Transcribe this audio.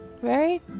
right